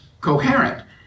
coherent